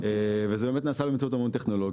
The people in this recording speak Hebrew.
וזה באמת נעשה בהמון טכנולוגיה.